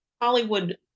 hollywood